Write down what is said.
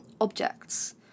objects